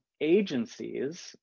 agencies